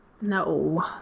no